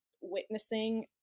witnessing